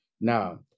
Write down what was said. Now